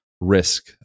risk